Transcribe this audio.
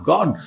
God